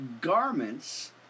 garments